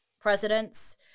presidents